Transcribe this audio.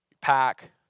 pack